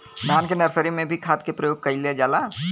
धान के नर्सरी में भी खाद के प्रयोग कइल जाला?